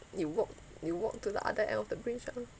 you walk you walk to the other end of the bridge ah